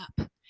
up